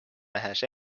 nähes